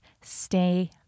stay